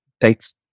Thanks